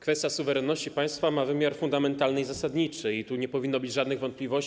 Kwestia suwerenności państwa ma wymiar fundamentalny i zasadniczy, tu nie powinno być żadnych wątpliwości.